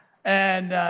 and,